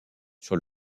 sur